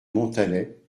montalet